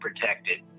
protected